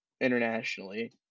internationally